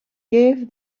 gave